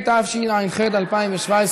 התשע"ח 2017,